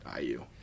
IU